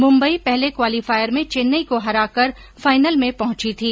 मुंबई पहले क्वालीफायर में चेन्नई को हराकर फाइनल में पहुंची थी